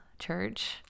church